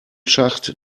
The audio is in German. schacht